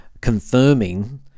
confirming